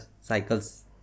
cycles